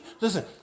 listen